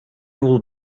will